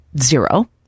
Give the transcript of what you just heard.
zero